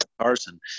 carson